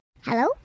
Hello